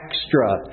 extra